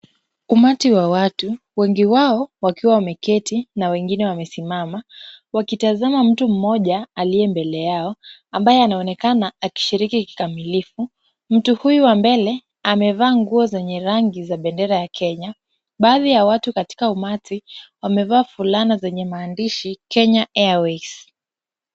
Umati wa watu, wengi wao wakiwa wameketi na wengine wamesimama, wakitazama mtu mmoja aliye mbele yao ambaye anaonekana akishiriki kikamilifu. Mtu huyu wa mbele amevaa nguo zenye rangi za bendera ya Kenya. Baadhi ya watu katika umati wamevaa fulana zenye maandishi Kenya Airways.